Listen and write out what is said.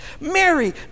Mary